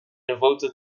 devoted